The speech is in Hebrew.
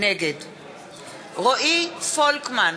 נגד רועי פולקמן,